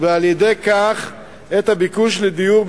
ועל-ידי כך את הביקוש לדיור.